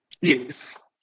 yes